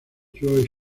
joel